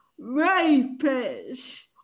rapists